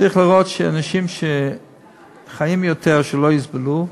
צריך לראות שאנשים שחיים יותר לא יסבלו,